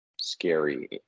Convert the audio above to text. scary